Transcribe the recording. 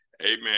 amen